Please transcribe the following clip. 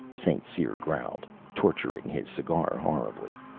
st. cyr growled, torturing his cigar horribly.